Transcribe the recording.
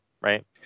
right